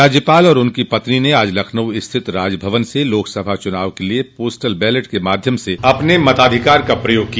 राज्यपाल और उनकी पत्नी न आज लखनऊ स्थित राजभवन से लोकसभा चुनाव के लिये पोस्टल बैलेट के माध्यम से अपने मताधिकार का प्रयोग किया